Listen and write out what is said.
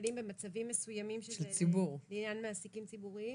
שקלים במצבים מסוימים לעניין מעסיקים ציבוריים.